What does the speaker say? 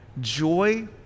Joy